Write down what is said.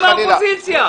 האופוזיציה.